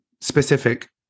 specific